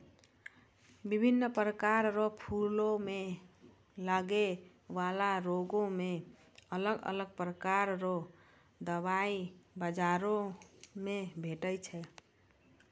बिभिन्न प्रकार रो फूलो मे लगै बाला रोगो मे अलग अलग प्रकार रो दबाइ बाजार मे भेटै छै